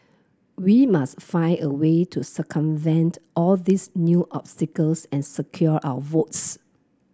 we must find a way to circumvent all these new obstacles and secure our votes